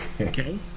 Okay